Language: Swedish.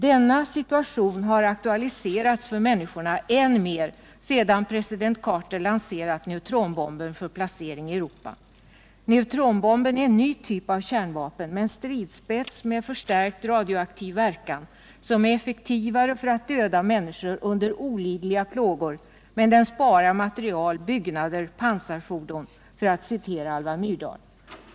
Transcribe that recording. Denna situation har aktualiserats för människorna än mer sedan president Carter lanserat neutronbomben för placering i Europa. Neutronbomben är en ny typ av kärnvapen ”med en stridsspets med förstärkt radioaktiv verkan som är ”effektivare” för att döda människor — under olidliga plågor — medan den sparar material, byggnader, pansarfordon”, för att citera Alva Myrdal.